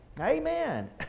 Amen